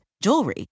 jewelry